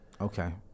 okay